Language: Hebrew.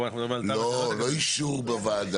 פה אנחנו מדברים על תב"ע --- לא אישור בוועדה.